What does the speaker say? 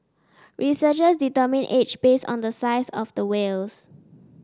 researchers determine age based on the size of the whales